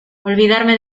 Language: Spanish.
olvidarme